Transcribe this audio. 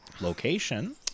location